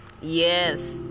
yes